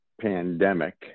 pandemic